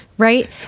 Right